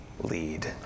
lead